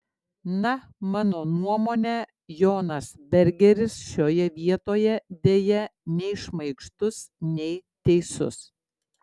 na mano nuomone jonas bergeris šioje vietoje deja nei šmaikštus nei teisus